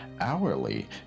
hourly